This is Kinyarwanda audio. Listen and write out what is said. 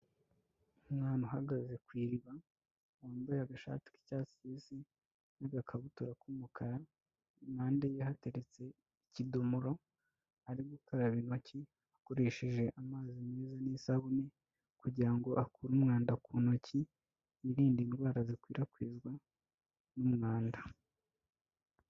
Umwana uhagaze ku iriba, wambaye agashati k'icyatsi kibisi n'agakabutura k'umukara, impande ye hateretse ikidomoro, ari gukaraba intoki, akoresheje amazi meza n'isabune, kugira ngo akure umwanda ku ntoki, yirinde indwara zikwirakwizwa n'umwanda.